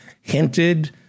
hinted